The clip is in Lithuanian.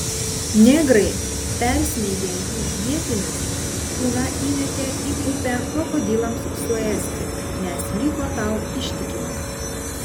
negrai persmeigę jį ietimis kūną įmetė į upę krokodilams suėsti nes liko tau ištikimas